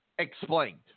Explained